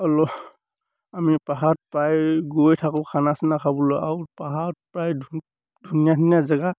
আৰু আমি পাহাৰত প্ৰায় গৈ থাকোঁ খানা চানা খাবলৈ আৰু পাহাৰত প্ৰায় ধুনীয়া ধুনীয়া জেগা